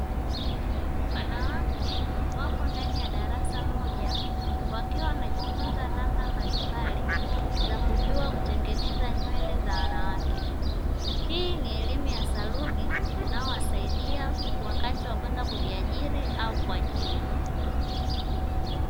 Wanawake wako ndani ya darasa moja wakiwa wanajifunza namna mbalimbali za kujua kutengeneza nywele za wanawake, hii ni elimu ya saluni inayowasaidia wakati wa kwenda kujiajiri au kuajiriwa.